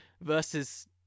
versus